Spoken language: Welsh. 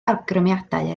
awgrymiadau